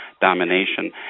domination